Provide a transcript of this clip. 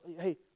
Hey